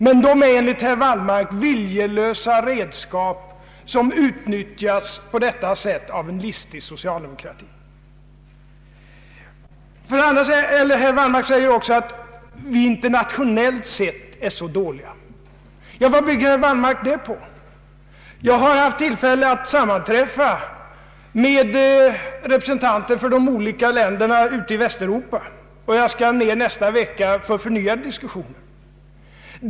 Men de är enligt herr Wallmark viljelösa redskap, som utnyttjas på detta sätt av en listig socialdemokrati. Herr Wallmark säger också att vi internationellt sett är mycket dåliga. Vad bygger herr Wallmark det påståendet på? Jag har haft tillfälle att sammanträffa med representanter för de olika länderna ute i Västeuropa, och jag skall resa ned nästa vecka för förnyad diskussion.